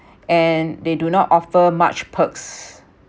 and they do not offer much perks